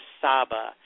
Saba